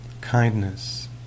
kindness